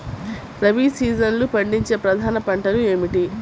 రబీ సీజన్లో పండించే ప్రధాన పంటలు ఏమిటీ?